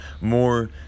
more